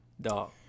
Dog